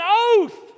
oath